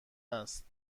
است